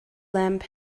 lamp